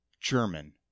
German